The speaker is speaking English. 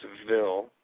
Seville